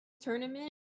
tournament